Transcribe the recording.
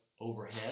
overhead